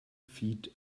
feet